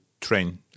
train